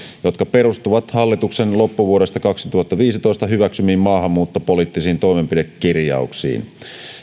jotka perustuvat hallituksen loppuvuodesta kaksituhattaviisitoista hyväksymiin maahanmuuttopoliittisiin toimenpidekirjauksiin